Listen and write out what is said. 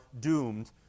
doomed